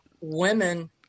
women